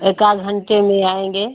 एकाध घंटे में आएँगे